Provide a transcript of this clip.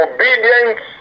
Obedience